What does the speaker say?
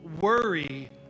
worry